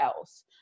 else